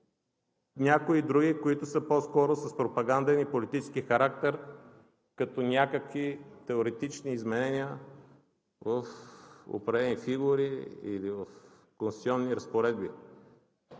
някои други, които са по-скоро с пропаганден и политически характер, като някакви теоретични изменения в определени фигури или в конституционни разпоредби.